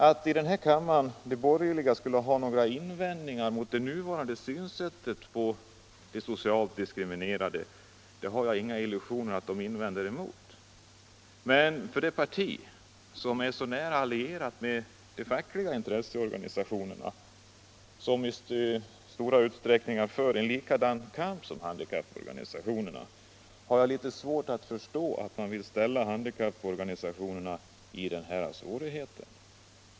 Att de borgerliga i kammaren skulle ha några invändningar mot det nuvarande synsättet vad giller de socialt diskriminerade har jap inga illusioner om. Men jag har litet svårt att förstå att det parti som är så nära lierat med de fackliga intresseorganisationerna, vilka i stora delar för cn kamp som liknar handikapporganisationernas, vill ställa handikapporganisationerna i detta svåra läge.